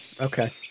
Okay